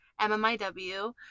MMIW